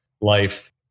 life